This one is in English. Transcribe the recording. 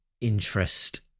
interest